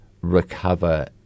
recover